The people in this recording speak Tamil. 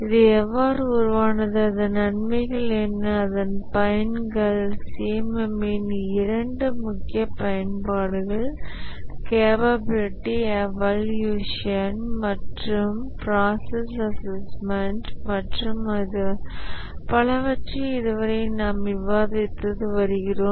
இது எவ்வாறு உருவானது அதன் நன்மைகள் என்ன அதன் பயன்கள் CMM இன் இரண்டு முக்கிய பயன்பாடுகள் கேப்பபிளிட்டி இவாலியூஷன் மற்றும் ப்ராசஸ் அசஸ்மெண்ட் மற்றும் பலவற்றை இதுவரை நாம் விவாதித்து வருகிறோம்